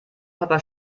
papa